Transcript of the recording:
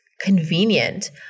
convenient